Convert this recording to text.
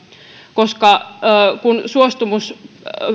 koska kun suostumus